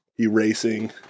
erasing